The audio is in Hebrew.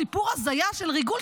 סיפור הזיה של ריגול,